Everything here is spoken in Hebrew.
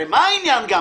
מה העניין?